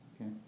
okay